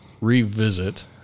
revisit